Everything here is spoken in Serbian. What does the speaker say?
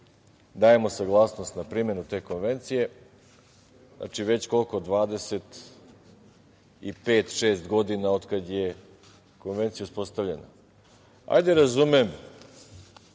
dajemo saglasnost na primenu te Konvencije. Dakle, već, koliko, 25, 26 godina je Konvencija uspostavljena. Hajde razumem